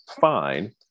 fine